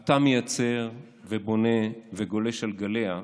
אתה מייצר ובונה וגולש על גליה.